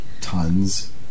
Tons